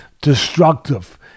destructive